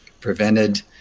prevented